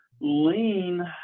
Lean